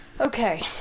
Okay